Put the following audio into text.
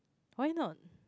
why not